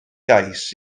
gais